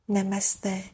Namaste